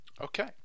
Okay